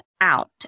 out